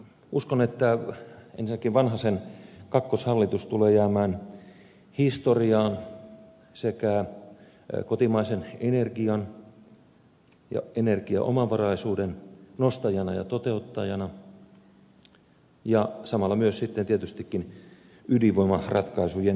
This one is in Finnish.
uskon että ensinnäkin vanhasen kakkoshallitus tulee jäämään historiaan sekä kotimaisen energian ja energiaomavaraisuuden nostajana ja toteuttajana että samalla myös sitten tietystikin ydinvoimaratkaisujen myötä